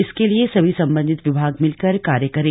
इसके लिए सभी सम्बन्धित विभाग मिलकर कार्य करें